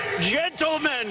Gentlemen